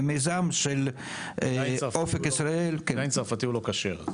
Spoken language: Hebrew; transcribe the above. במיזם של אופק ישראל --- יין צרפתי הוא לא כשר.